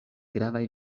gravaj